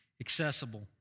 accessible